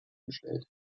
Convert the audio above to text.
gestellt